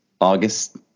August